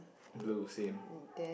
blue same